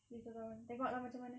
lagi satu tahun tengok lah macam mana